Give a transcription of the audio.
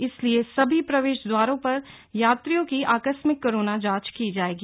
इसलिए सभी प्रवेश द्वारों पर यात्रियों की आकस्मिक कोरोना जांच की जाएगी